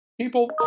people